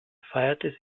feierte